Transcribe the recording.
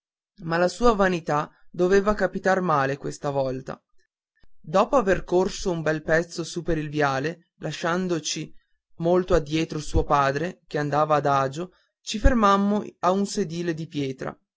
ma la sua vanità doveva capitar male questa volta dopo aver corso un bel pezzo su per il viale lasciandoci molto addietro suo padre che andava adagio ci fermammo a un sedile di pietra